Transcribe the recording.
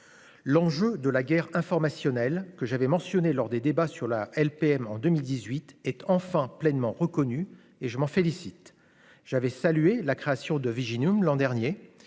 l'enjeu de la guerre informationnelle que j'avais mentionné lors des débats sur la LPM en 2018 et enfin pleinement reconnue et je m'en félicite, j'avais salué la création de Viginum l'an dernier,